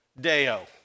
Deo